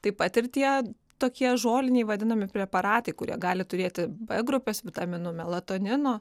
taip pat ir tie tokie žoliniai vadinami preparatai kurie gali turėti b grupės vitaminų melatonino